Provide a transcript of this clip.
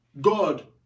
God